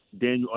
Daniel